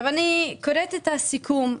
אני קוראת את הסיכום.